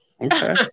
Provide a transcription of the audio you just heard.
Okay